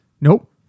Nope